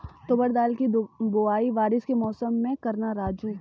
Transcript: तुवर दाल की बुआई बारिश के मौसम में करना राजू